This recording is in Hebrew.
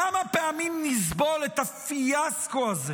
כמה פעמים נסבול את הפיאסקו הזה